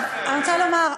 אני רוצה לומר,